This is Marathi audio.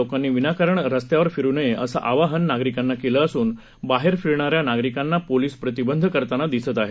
लोकांनी विनाकारण रस्त्यावर फिरू नये असं आवाहन नागरिकांना केलं असून बाहेर फिरणाऱ्या नागरिकांना पोलीस प्रतिबंध करताना दिसत आहेत